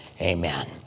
amen